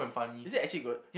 is it actually good